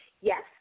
Yes